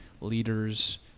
leaders